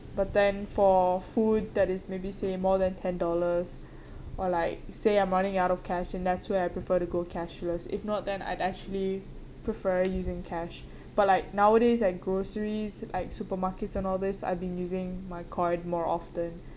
but then for food that is maybe say more than ten dollars or like say I'm running out of cash and that's where I prefer to go cashless if not then I'd actually prefer using cash but like nowadays at groceries like supermarkets and all these I've been using my card more often